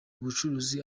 ubucuruzi